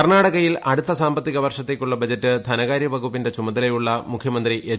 കർണ്ണാടകയിൽ അടുത്ത് സാമ്പത്തിക വർഷത്തേക്കുള്ള ബജറ്റ് ധനകാര്യ വകുപ്പിന്റെ ചുമതലയുള്ള മുഖ്യമന്ത്രി എച്ച്